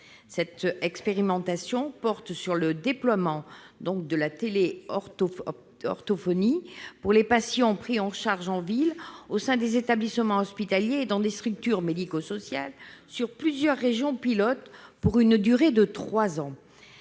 Cette expérimentation porterait sur le déploiement de la téléorthophonie pour les patients pris en charge en ville, au sein des établissements hospitaliers et dans des structures médico-sociales, sur plusieurs régions pilotes, pour une durée de trois ans.